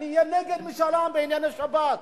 אני אהיה נגד משאל בענייני שבת.